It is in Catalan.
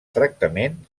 tractament